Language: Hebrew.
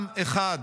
עם אחד.